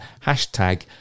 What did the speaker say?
hashtag